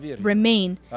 remain